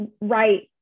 right